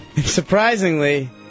Surprisingly